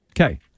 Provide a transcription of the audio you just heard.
Okay